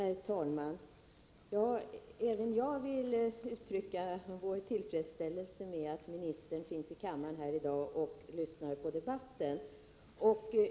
Herr talman! Även jag vill uttrycka vår tillfredsställelse med att ministern finns i kammaren här i dag och lyssnar på debatten.